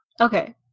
Okay